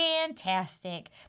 Fantastic